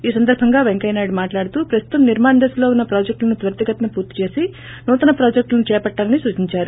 ఈ సందర్బంగా పెంకయ్య నాయుడు మాట్లాడుతూ ప్రస్తుతం నిర్మాణ దశలో ఉన్స ప్రాజెక్టను త్వరితగతిన పూర్తి చేసి నూతన ప్రాజెక్టను చేపట్టాలని సూచించారు